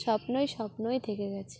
স্বপ্নই স্বপ্নই থেকে গেছে